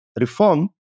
reform